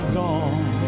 gone